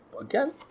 again